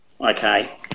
Okay